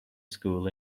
school